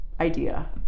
idea